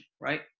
right